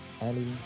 Ellie